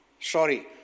Sorry